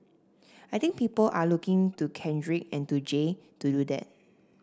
I think people are looking to Kendrick and to Jay to do that